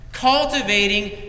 cultivating